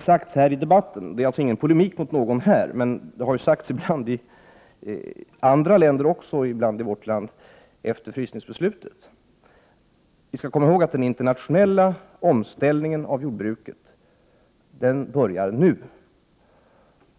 har sagts i denna debatt — det är alltså inte någon polemik mot talare här — men som ibland har sagts i vårt land och i andra länder efter frysningsbeslutet. Vi skall komma ihåg att den internationella omställningen av jordbruket börjar nu.